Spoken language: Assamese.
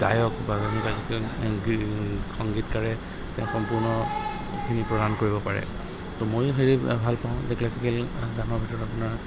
গায়ক বা ক্লাছিকেল সংগীতকাৰে তেওঁ সম্পূৰ্ণখিনি প্ৰদান কৰিব পাৰে ত' ময়ো সেই ভাল পাওঁ যে ক্লাছিকেল গানৰ ভিতৰত আপোনাৰ